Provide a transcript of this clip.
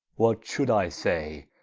what should i say?